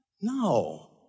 No